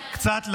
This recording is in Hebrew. קצת ללב,